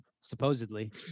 supposedly